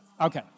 Okay